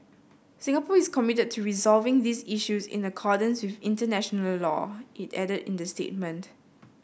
Singapore is committed to resolving these issues in accordance with international law it added in the statement